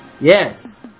Yes